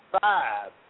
five